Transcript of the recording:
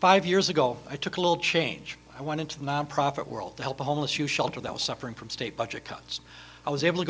five years ago i took a little change i went into the nonprofit world to help the homeless shelter that was suffering from state budget cuts i was able to